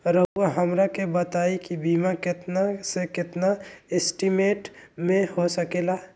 रहुआ हमरा के बताइए के बीमा कितना से कितना एस्टीमेट में हो सके ला?